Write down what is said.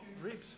ribs